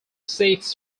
six